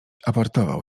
aportował